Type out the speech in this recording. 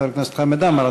חבר הכנסת חמד עמאר,